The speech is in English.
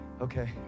Okay